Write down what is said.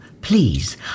please